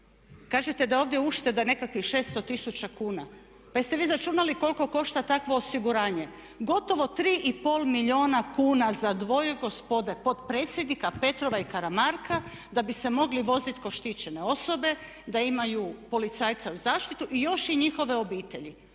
Kažete da je ovdje ušteda nekakvih 600 tisuća kuna. Pa jeste vi izračunali koliko košta takvo osiguranje, gotovo 3 i pol milijuna kuna za dvoje gospode potpredsjednika Petrova i Karamarka da bi se mogli voziti kao štićene osobe, da imaju policajca u zaštiti i još i njihove obitelji.